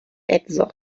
edzo